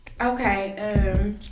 Okay